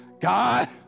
God